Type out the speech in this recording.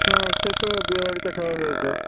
হ্যাঁ সে তো বিয়েবাড়িতে খাওয়া হয়েছে